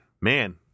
man